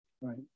Right